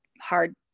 hard